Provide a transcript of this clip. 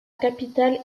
capitale